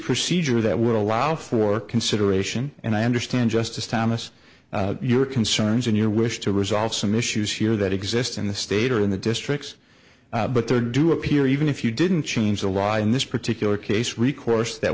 procedure that would allow for consideration and i understand justice thomas your concerns and your wish to resolve some issues here that exist in the state or in the districts but there do appear even if you didn't change the law in this particular case recourse that